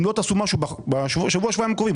אם לא תעשו משהו בשבוע שבועיים הקרובים,